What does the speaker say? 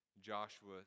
Joshua